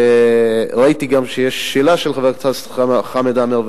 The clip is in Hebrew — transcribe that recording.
וראיתי שיש שאלה של חבר הכנסת חמד עמאר,